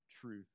truth